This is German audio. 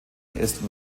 ist